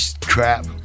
crap